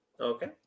Okay